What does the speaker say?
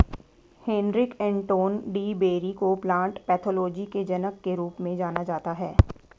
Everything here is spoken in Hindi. हेनरिक एंटोन डी बेरी को प्लांट पैथोलॉजी के जनक के रूप में जाना जाता है